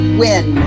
win